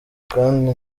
kandi